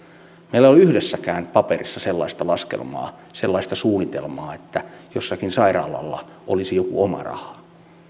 meillä ei ole yhdessäkään paperissa sellaista laskelmaa sellaista suunnitelmaa että jollakin sairaalassa olisi joku oma raha